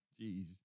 Jeez